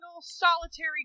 solitary